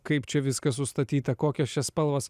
kaip čia viskas sustatyta kokios čia spalvos